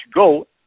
go